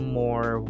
more